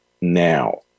now